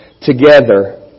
together